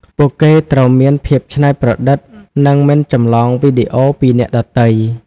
ពួកគេត្រូវមានភាពច្នៃប្រឌិតនិងមិនចម្លងវីដេអូពីអ្នកដទៃ។